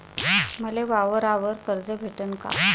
मले वावरावर कर्ज भेटन का?